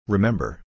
Remember